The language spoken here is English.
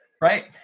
right